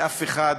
ואף אחד,